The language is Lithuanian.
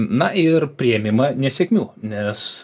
na ir priėmimą nesėkmių nes